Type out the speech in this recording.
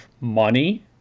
money